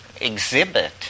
exhibit